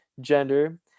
gender